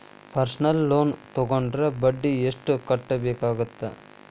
personal loan ತೊಗೊಂಡ್ರ ಬಡ್ಡಿ ಎಷ್ಟ್ ಕಟ್ಟಬೇಕಾಗತ್ತಾ